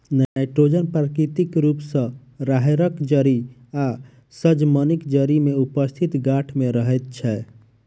nitrogen प्राकृतिक रूप सॅ राहैड़क जड़ि आ सजमनिक जड़ि मे उपस्थित गाँठ मे रहैत छै